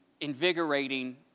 invigorating